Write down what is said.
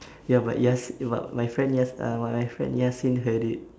ya but yas but my friend yas uh but my friend yasin heard it